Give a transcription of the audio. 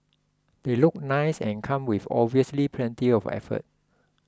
they look nice and come with obviously plenty of effort